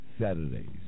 Saturdays